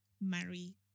marry